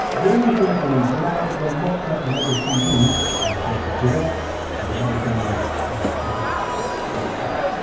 the only thing i need now is a mocked up mega cd and thirty two x and i'll be in bliss central.